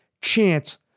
Chance